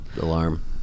alarm